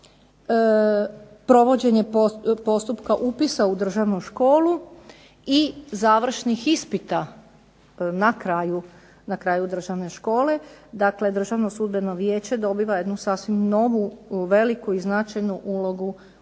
provođenje postupka upisa u državnu školu i završnih ispita na kraju državne škole. Dakle, Državno sudbeno vijeće dobiva jednu sasvim novu, veliku i značajnu ulogu